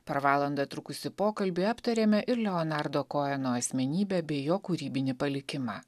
per valandą trukusį pokalbį aptarėme ir leonardo koeno asmenybę bei jo kūrybinį palikimą